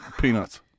peanuts